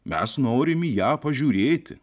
mes norim į ją pažiūrėti